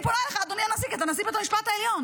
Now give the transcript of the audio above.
אני פונה אליך ב"אדוני הנשיא" כי אתה נשיא בית המשפט העליון,